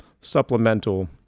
supplemental